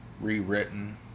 rewritten